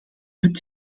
het